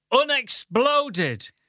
unexploded